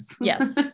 Yes